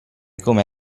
come